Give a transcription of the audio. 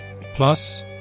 Plus